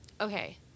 okay